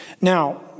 Now